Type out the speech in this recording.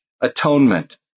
atonement